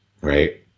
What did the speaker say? right